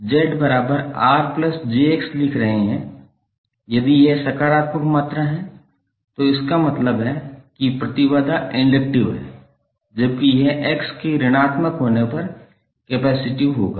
इसलिए यहाँ यदि आप 𝒁𝑅𝑗𝑋 लिख रहे हैं यदि यह सकारात्मक मात्रा है तो इसका मतलब है कि प्रतिबाधा इंडक्टिव है जबकि यह X के ऋणात्मक होने पर कैपेसिटिव होगा